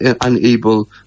unable